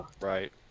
Right